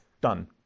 Done